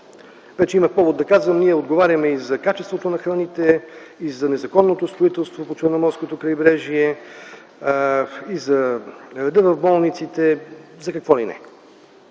Вече имам повод да казвам, че ние отговаряме и за качеството на храните, и за незаконното строителство по Черноморското крайбрежие, и за реда в болниците, и за какво ли не.